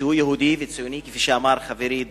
שהוא יהודי וציוני, כפי שאמר חברי דב,